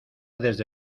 desde